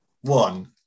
one